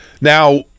Now